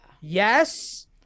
Yes